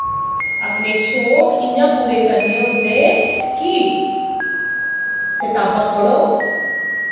अपने शौंक इ'यां पूरे करने होंदे कि कताबां पढ़ो